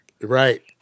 Right